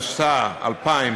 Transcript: התשס"א 2000,